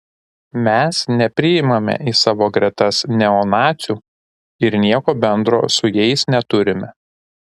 mes nepriimame į savo gretas neonacių ir nieko bendro su jais neturime